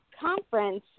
conference